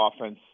offense